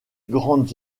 grandes